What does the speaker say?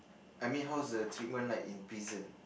I mean how's the treatment like in prison